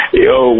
yo